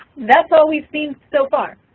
that's all we've seen so far.